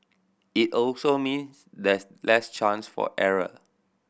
it also means there's less chance for error